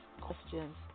questions